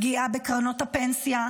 פגיעה בקרנות הפנסיה,